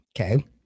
okay